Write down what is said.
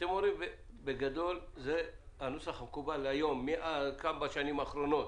אתם אומרים שזה הנוסח המקובל בשנים האחרונות.